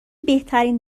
بهترین